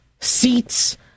seats